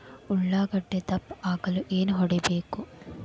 ಉಳ್ಳಾಗಡ್ಡೆ ದಪ್ಪ ಆಗಲು ಏನು ಹೊಡಿಬೇಕು?